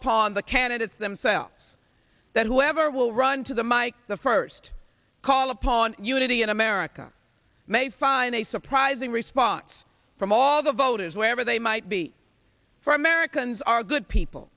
upon the candidates themselves that whoever will run to the mike the first call upon unity in america may find a surprising response from all the voters wherever they might be for americans are good people